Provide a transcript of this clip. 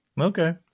Okay